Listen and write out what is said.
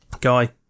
Guy